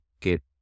get